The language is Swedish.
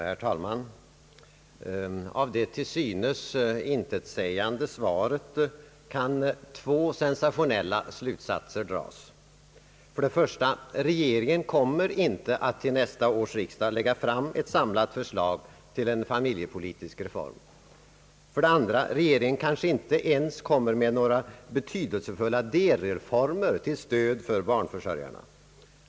Herr talman! Av det till synes intetsägande svaret kan två sensationella slutsatser dras. För det första: Regeringen kommer inte att till nästa års riksdag lägga fram ett samlat förslag till en familjepolitisk reform, För det andra: Regeringen kanske inte ens kommer med några betydelsefulla delreformer till stöd för barnförsörjarna.